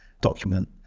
document